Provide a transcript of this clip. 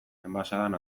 enbaxadan